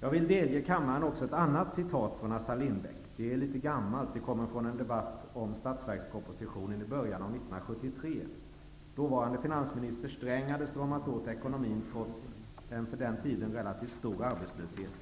Jag vill delge kammaren också ett annat citat från Assar Lindbeck. Det är litet gammalt, för det kommer från en debatt om statsverkspropositionen i början av 1973. Dåvarande finansministern Sträng hade stramat åt ekonomin trots en för den tiden relativt stor arbetslöshet